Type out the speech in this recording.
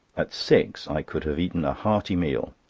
at six i could have eaten a hearty meal.